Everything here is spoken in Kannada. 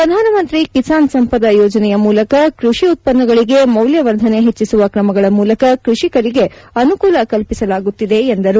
ಪ್ರಧಾನಮಂತ್ರಿ ಕಿಸಾನ್ ಸಂಪದ ಯೋಜನೆಯ ಮೂಲಕ ಕೃಷಿ ಉತ್ಪನ್ನಗಳಿಗೆ ಮೌಲ್ಯ ವರ್ಧನೆ ಹೆಚ್ಚಿಸುವ ಕ್ರಮಗಳ ಮೂಲಕ ಕೃಷಿಕರಿಗೆ ಅನುಕೂಲ ಕಲ್ಪಿಸಲಾಗುತ್ತಿದೆ ಎಂದರು